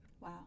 Wow